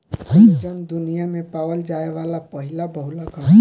collagen दुनिया में पावल जाये वाला पहिला बहुलक ह